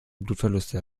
blutverluste